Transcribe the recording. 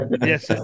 Yes